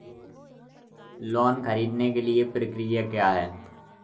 Loan ख़रीदने के लिए प्रक्रिया क्या है?